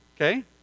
Okay